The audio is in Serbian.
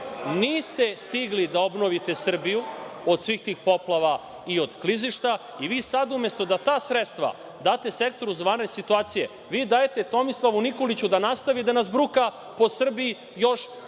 niste stigli da obnovite Srbiju od svih tih poplava i od klizišta i vi sad umesto da ta sredstva date Sektoru za vanredne situacije, vi dajete Tomislavu Nikoliću da nastavi da nas bruka po Srbiji još godinu